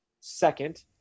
second